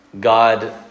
God